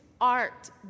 art